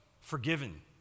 forgiven